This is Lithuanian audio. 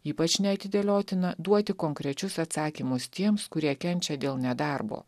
ypač neatidėliotina duoti konkrečius atsakymus tiems kurie kenčia dėl nedarbo